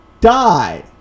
die